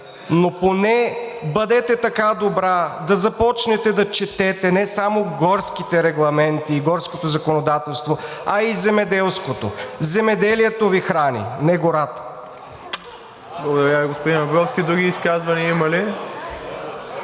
но поне бъдете така добра да започнете да четете не само горските регламенти и горското законодателство, а и земеделското. Земеделието Ви храни – не гората. ПРЕДСЕДАТЕЛ МИРОСЛАВ ИВАНОВ: Благодаря Ви, господин Абровски. Други изказвания има ли?